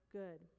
good